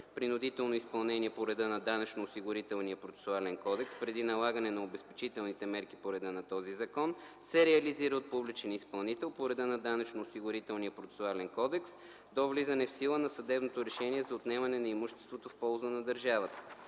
принудително изпълнение по реда на Данъчно-осигурителния процесуален кодекс преди налагане на обезпечителните мерки по реда на този закон, се реализира от публичен изпълнител по реда на Данъчно-осигурителния процесуален кодекс до влизане в сила на съдебното решение за отнемане на имуществото в полза на държавата.